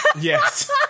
Yes